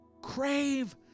Crave